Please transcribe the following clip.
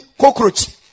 cockroach